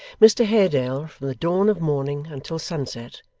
mr haredale, from the dawn of morning until sunset,